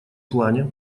плане